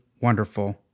wonderful